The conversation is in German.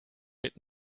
wird